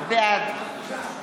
תודה רבה לכם.